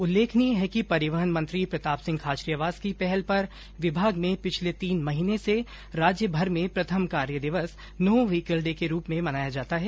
उल्लेखनीय है कि परिवहन मंत्री प्रताप सिंह खाचरियावास की पहल पर विभाग में पिछले तीन महीने से राज्यभर में प्रथम कार्य दिवस नो व्हीकल डे के रूप में मनाया जाता है